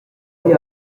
igl